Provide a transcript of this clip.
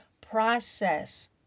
process